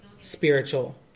spiritual